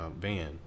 Van